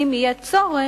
אם יהיה צורך,